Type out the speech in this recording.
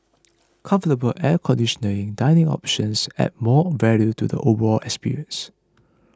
comfortable air conditioning dining options adds more value to the overall experience